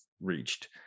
reached